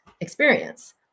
experience